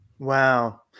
Wow